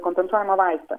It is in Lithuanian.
kompensuojamą vaistą